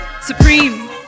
Supreme